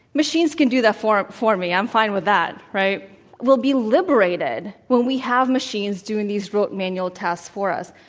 machines can do that for for me. i'm fine with that, right? we will be liberated when we have machines doing these rote manual tasks for us.